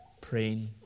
Praying